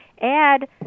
add